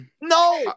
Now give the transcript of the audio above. No